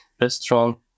restaurant